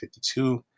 52